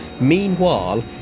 Meanwhile